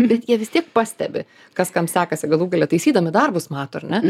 bet jie vis tiek pastebi kas kam sekasi galų gale taisydami darbus mato ar ne